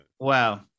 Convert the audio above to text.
Wow